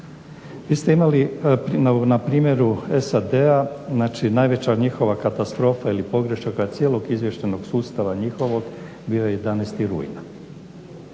Vi ste imali na primjeru SAD-a znači najveća njihova katastrofa ili pogreška cijelog izvještajnog sustava njihovog bio je 11. rujna.